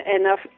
enough